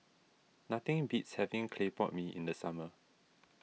nothing beats having Clay Pot Mee in the summer